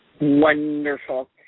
Wonderful